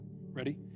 Ready